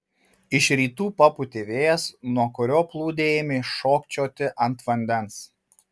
iš rytų papūtė vėjas nuo kurio plūdė ėmė šokčioti ant vandens